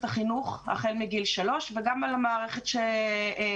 החינוך החל מגיל שלוש וגם על המערכת התומכת,